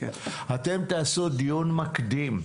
אתם תעשו דיון מקדים.